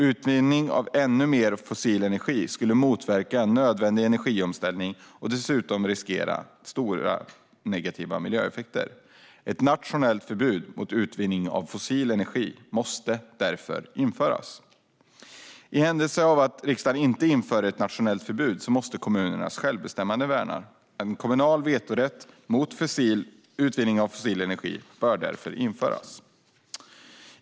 Utvinning av ännu mer fossil energi skulle motverka en nödvändig energiomställning och dessutom riskera att det blir stora negativa miljöeffekter. Ett nationellt förbud mot utvinning av fossil energi måste därför införas. I händelse av att riksdagen inte inför ett nationellt förbud måste kommunernas självbestämmande värnas. En kommunal vetorätt mot utvinning av fossil energi bör därför införas.